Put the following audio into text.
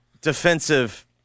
defensive